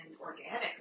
organic